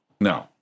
No